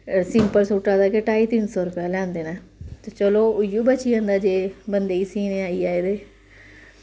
simple सूटै दा गै ढाई तिन्न सौ रपेआ लैंदे न ते चलो उयो बची जंदा जे बंदे ई सीने आई जाए ते